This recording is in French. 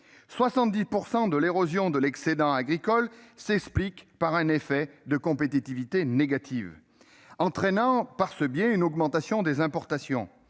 70 % de l'érosion de l'excédent agricole s'expliquent par un effet de compétitivité négative, entraînant une augmentation des importations.